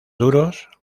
duros